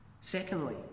Secondly